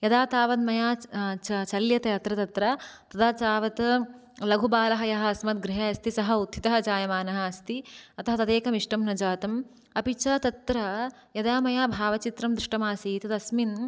यदा तावत् मया चल्यते अत्र तत्र तदा तावत् लघु बालः यः अस्मद् गृहे अस्ति सः उत्थितः जायमानः अस्ति अतः तदेकं इष्टं न जातम् अपि च तत्र यदा मया भावचित्रं दृष्टमासीत् तस्मिन्